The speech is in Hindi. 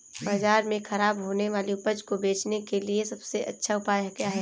बाजार में खराब होने वाली उपज को बेचने के लिए सबसे अच्छा उपाय क्या है?